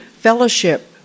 Fellowship